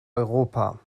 europa